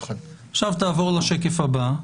עכשיו תעבור לשקף הבא,